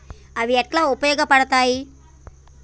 అవి ఎట్లా ఉపయోగ పడతాయి?